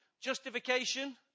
Justification